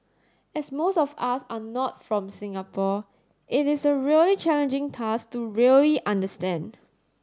as most of us are not from Singapore it is a really challenging task to really understand